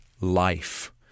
life